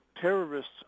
terrorists